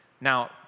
Now